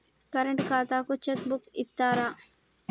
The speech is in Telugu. కరెంట్ ఖాతాకు చెక్ బుక్కు ఇత్తరా?